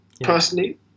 personally